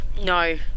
no